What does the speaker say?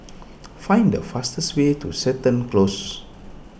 find the fastest way to Seton Close